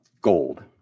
gold